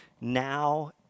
now